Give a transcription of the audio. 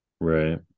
Right